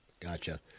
Gotcha